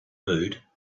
mood